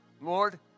Lord